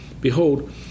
Behold